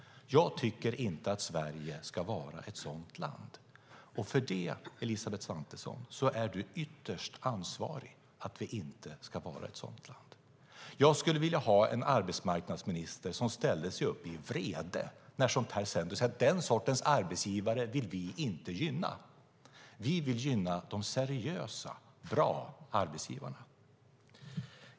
Jag tycker inte att Sverige ska vara ett sådant land, och för det, Elisabeth Svantesson, är du ytterst ansvarig för att det inte ska vara ett sådant land. Jag skulle vilja ha en arbetsmarknadsminister som ställer sig upp i vrede och säger: Den sortens arbetsgivare vill vi inte gynna. Vi vill gynna de seriösa och bra arbetsgivarna.